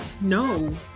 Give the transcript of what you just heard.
No